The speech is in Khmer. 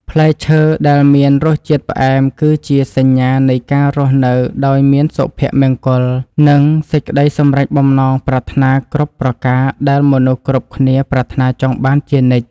ផ្លែឈើដែលមានរសជាតិផ្អែមគឺជាសញ្ញានៃការរស់នៅដោយមានសុភមង្គល និង សេចក្តីសម្រេចបំណងប្រាថ្នាគ្រប់ប្រការដែលមនុស្សគ្រប់គ្នាប្រាថ្នាចង់បានជានិច្ច។